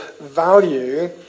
value